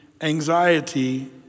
anxiety